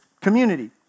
community